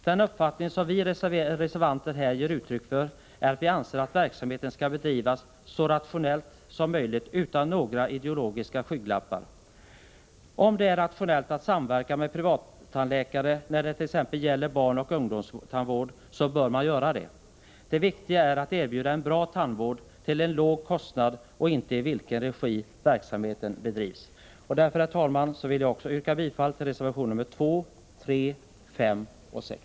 Den uppfattning som vi reservanter här ger uttryck för är att verksamheten skall bedrivas så rationellt som möjligt och utan några ideologiska skygglappar. Om det är rationellt att samverka med privattandläkare när det gäller t.ex. barnoch ungdomstandvården så bör man göra det. Det viktiga är att erbjuda en bra tandvård till en låg kostnad — och inte i vilken regi verksamheten bedrivs. Herr talman! Jag vill yrka bifall till reservationerna 2, 3, 5 och 6.